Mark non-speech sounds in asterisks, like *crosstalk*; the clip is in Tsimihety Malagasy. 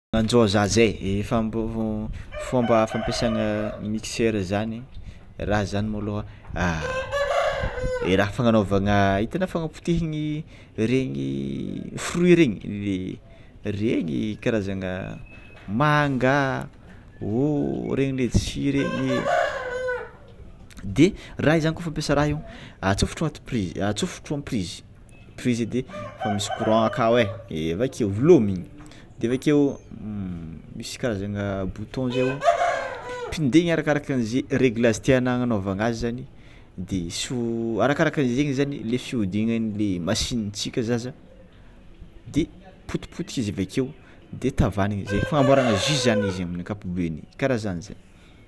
Magnanzô za zay efa mbô fômba fampiasana mixeur zany raha zany môlô aha raha fagnanôvana itanô fagnapotehiny regny fruit regny, regny karazagna manga, regny letsia regny, de raha zany kôfa ampiasa raha io, atsofotro ato prizy de atsofotro amy prizy, prizy edy efa misy courant akao e avakeo velomigny de avekeo *hesitation* misy karazagna bouton zay o pindegna arakaraka izay réglazy tiànao hanaovagna azy de so- arakaraka zegny le fiodinananle machintsika za za de potipotika izy avakeo de tavanigna amizay famboaragna jus zany izy io amin'ny ankapobeny, kara zany zany.